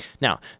Now